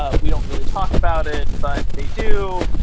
ah we don't really talk about it, but they do.